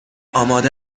آمده